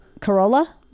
Corolla